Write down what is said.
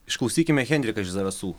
išklausykime henriką iš zarasų